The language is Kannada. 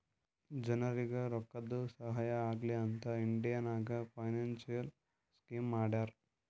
ಜನರಿಗ್ ರೋಕ್ಕಾದು ಸಹಾಯ ಆಲಿ ಅಂತ್ ಇಂಡಿಯಾ ನಾಗ್ ಫೈನಾನ್ಸಿಯಲ್ ಸ್ಕೀಮ್ ಮಾಡ್ಯಾರ